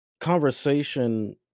conversation